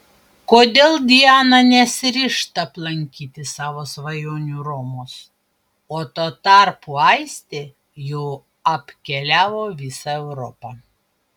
kodėl diana nesiryžta aplankyti savo svajonių romos o tuo tarpu aistė jau apkeliavo visą europą